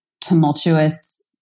tumultuous